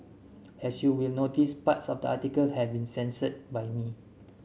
as you will notice parts of the article have been censored by me